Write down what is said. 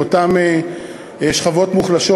אותן שכבות מוחלשות,